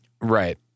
Right